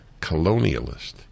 colonialist